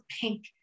pink